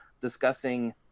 discussing